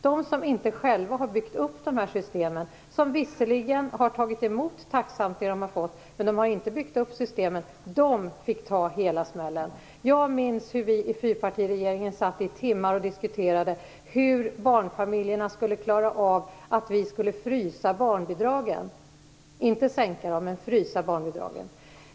De som inte själva har byggt upp dessa system, som visserligen har tagit emot tacksamt det de har fått men inte har byggt upp systemen, fick ta hela smällen. Jag minns hur vi i fyrpartiregeringen satt i timmar och diskuterade hur barnfamiljerna skulle klara av att vi skulle frysa barnbidragen - inte sänka dem, utan frysa dem.